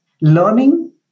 Learning